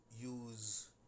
use